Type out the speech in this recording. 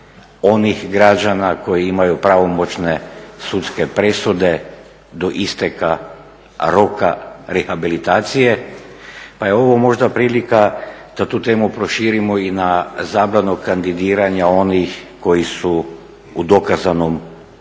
onih građana koji imaju pravomoćne sudske presude do isteka roka rehabilitacije pa je ovo možda prilika da tu temu proširimo i na zabranu kandidiranja onih koji su u dokazanom